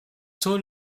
tôt